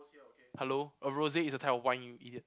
hello a rose is a type of wine you idiot